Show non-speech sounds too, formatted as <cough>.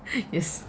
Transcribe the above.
<laughs> yes